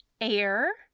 air